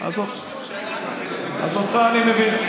אז אותך אני מבין.